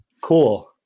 Cool